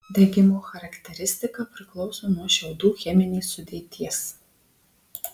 degimo charakteristika priklauso nuo šiaudų cheminės sudėties